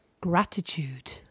gratitude